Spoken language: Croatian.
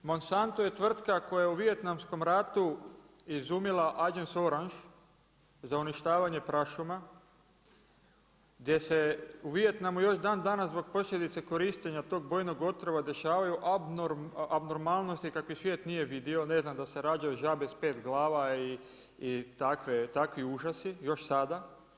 Monsanto je tvrtka koja je u Vijetnamskom ratu izumila „Agent Orange“ za uništavanje prašuma gdje se u Vijetnamu još dan danas zbog posljedica korištenja tog bojnog otvora dešavaju abnormalnosti kakve svijet nije vidio, ne znam da se rađaju žabe s 5 glava i takvi užasi, još sada.